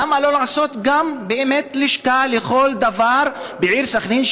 למה לא לעשות גם באמת לשכה לכל דבר בעיר סח'נין,